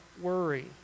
worry